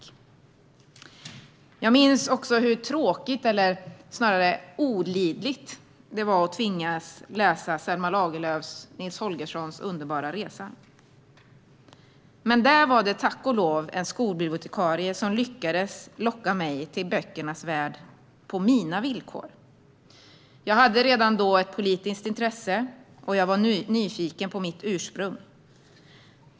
Jag minns också hur tråkigt, eller snarare olidligt, jag tyckte det var att tvingas läsa Selma Lagerlöfs Nils Holgerssons underbara resa genom Sverige . Men det fanns tack och lov en skolbibliotekarie som lyckades locka mig till böckernas värld på mina villkor. Jag hade redan då ett politiskt intresse, och jag var nyfiken på mitt ursprung.